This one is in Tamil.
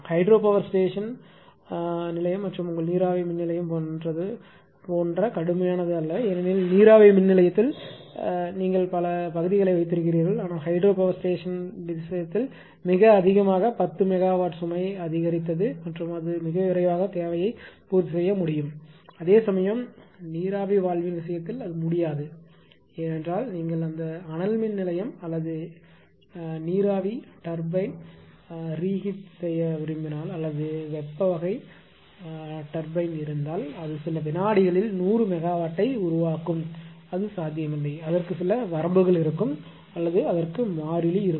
ஹைட்ரோ பவர் ஸ்டேஷன் நிலையம் மற்றும் உங்கள் நீராவி மின் நிலையம் போன்ற கடுமையானது அல்ல ஏனெனில் நீராவி மின் நிலையத்தில் நீங்கள் பல பல பகுதிகளை வைத்திருக்கிறீர்கள் ஆனால் ஹைட்ரோ பவர் ஸ்டேஷன் விஷயத்தில் மிக வேகமாக 10 மெகாவாட் சுமை அதிகரித்தது மற்றும் அது மிக விரைவாக தேவையை பூர்த்தி செய்ய முடியும் அதேசமயம் நீராவி வால்வின் விஷயத்தில் அது முடியாது ஏனென்றால் நீங்கள் அந்த அனல் மின் நிலையம் அல்லது நீராவி டர்பைன்வலது ரீஹீட் செய்ய விரும்பினால் அல்லது வெப்ப வகை டர்பைன் இருந்தால் அது சில வினாடிகளில் 100 மெகாவாட்டை உருவாக்கும் அது சாத்தியமில்லை அதற்கு சில வரம்புகள் இருக்கும் அல்லது அதற்கு மாறிலி இருக்கும்